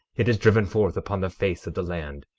it is driven forth upon the face of the land.